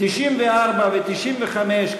94 ו-95,